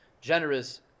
generous